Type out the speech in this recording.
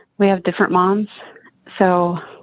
we have different moms so